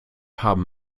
haben